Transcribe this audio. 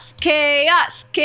Chaos